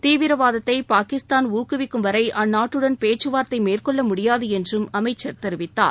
தீவிரவாதத்தை பாகிஸ்தான் ஊக்குவிக்கும் வரை அந்நாட்டுடன் பேச்சு வார்த்தை மேற்கொள்ள முடியாது என்றும் அமைச்சர் தெரிவித்தார்